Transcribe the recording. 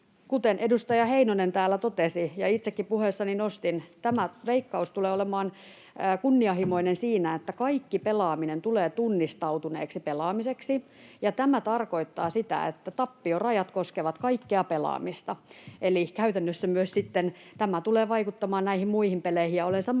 Kuten edustaja Heinonen täällä totesi ja itsekin puheessani nostin, Veikkaus tulee olemaan kunnianhimoinen siinä, että kaikki pelaaminen tulee tunnistautuneeksi pelaamiseksi. Tämä tarkoittaa sitä, että tappiorajat koskevat kaikkea pelaamista, eli käytännössä myös tämä tulee sitten vaikuttamaan näihin muihin peleihin. Olen samaa